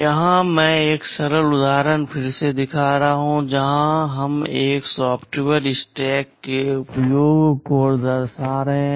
यहां मैं एक सरल उदाहरण फिर से दिखा रहा हूं जहां हम एक सॉफ्टवेयर स्टैक के उपयोग को दर्शा रहे हैं